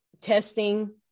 testing